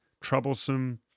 troublesome